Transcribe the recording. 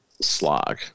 slog